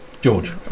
George